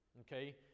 okay